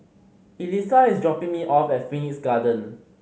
Elissa is dropping me off at Phoenix Garden